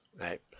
right